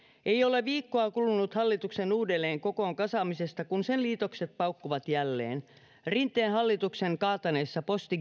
ei ole viikkoa kulunut hallituksen uudelleen kokoon kasaamisesta kun sen liitokset paukkuvat jälleen rinteen hallituksen kaataneessa posti